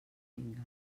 vinga